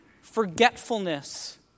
Forgetfulness